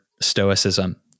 stoicism